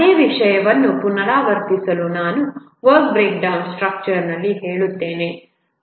ಅದೇ ವಿಷಯವನ್ನು ಪುನರಾವರ್ತಿಸಲು ನಾನು ವರ್ಕ್ ಬ್ರೇಕ್ಡೌನ್ ಸ್ಟ್ರಕ್ಚರ್ನಲ್ಲಿ ಹೇಳುತ್ತೇನೆ